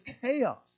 chaos